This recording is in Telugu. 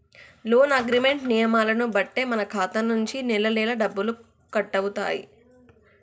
లోన్ అగ్రిమెంట్ నియమాలను బట్టే మన ఖాతా నుంచి నెలనెలా డబ్బులు కట్టవుతాయి